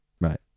right